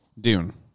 Dune